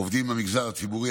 עובדים במגזר הציבורי,